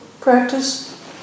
practice